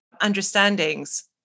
understandings